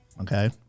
okay